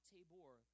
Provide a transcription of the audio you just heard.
Tabor